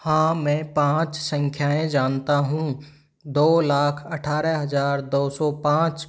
हाँ मैं पाँच संख्याएँ जानता हूँ दो लाख अठारह हज़ार दो सौ पाँच